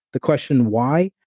the question why,